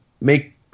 make